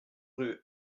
rue